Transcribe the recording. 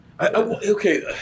Okay